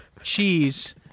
cheese